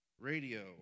radio